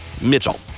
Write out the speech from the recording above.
Mitchell